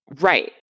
Right